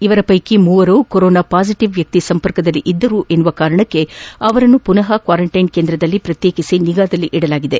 ಇವರ ಪೈಕಿ ಮೂವರು ಕೊರೊನಾ ಪಾಸಿಟಿವ್ ವ್ಯಕ್ತಿ ಸಂಪರ್ಕದಲ್ಲಿ ಇದ್ದರೆಂಬ ಕಾರಣಕ್ಕೆ ಅವರನ್ನು ಪುನಃ ಕ್ವಾರೆಂಟೈನ್ ಕೇಂದ್ರದಲ್ಲಿ ಪ್ರತ್ಯೇಕಿಸಿ ನಿಗಾದಲ್ಲಿ ಇಡಲಾಗಿದೆ